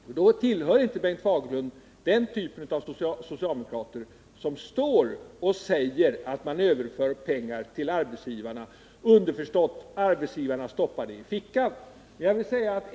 I så fall tillhör inte Bengt Fagerlund den typ av socialdemokrater som står och säger att man överför pengar till arbetsgivarna — underförstått att arbetsgivarna stoppar pengarna i fickan.